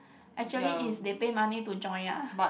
actually it's they pay money to join ah